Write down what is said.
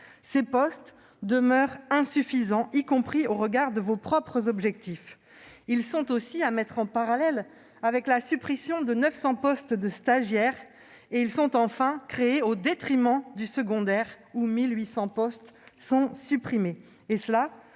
de postes demeurent insuffisantes, y compris au regard de vos propres objectifs. Par ailleurs, elles sont à mettre en parallèle avec la suppression de 900 postes de stagiaire. Enfin, elles se font détriment du secondaire, où 1 800 postes sont supprimés,